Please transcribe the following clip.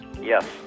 Yes